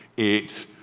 it